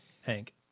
Hank